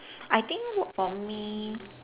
I think w~ for me